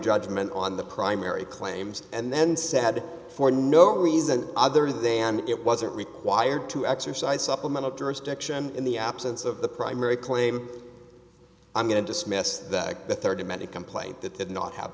judgment on the primary claims and then said for no reason other than it wasn't required to exercise supplemental jurisdiction in the absence of the primary claim i'm going to dismiss that the third amended complaint that did not have